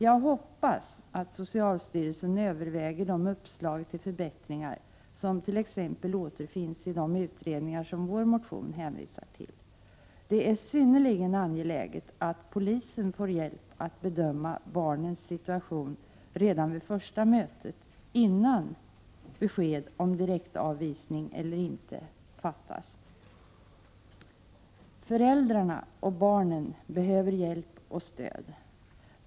Jag hoppas att socialstyrelsen överväger de uppslag till förbättringar som t.ex. återfinns i de utredningar som vår motion hänvisar till. Det är synnerligen angeläget att polisen får hjälp att bedöma barnens situation redan vid första mötet, innan besked om direktavvisning eller inte fattas. Föräldrarna och barnen behöver hjälp och stöd.